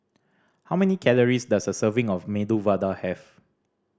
how many calories does a serving of Medu Vada have